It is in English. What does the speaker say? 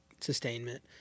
sustainment